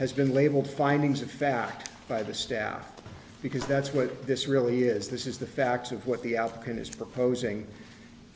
has been labeled findings of fact by the staff because that's what this really is this is the facts of what the outcome is proposing